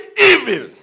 evil